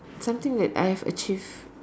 something that I have achieved